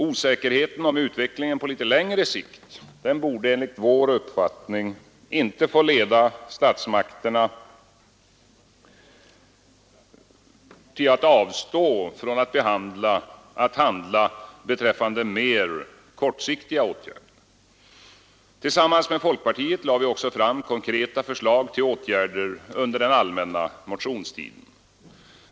Osäkerheten om utvecklingen på litet längre sikt borde enligt vår uppfattning inte få leda statsmakterna till att avstå från att vidta mera kortsiktiga åtgärder. Tillsammans med folkpartiet lade vi under den allmänna motionstiden fram konkreta förslag till åtgärder.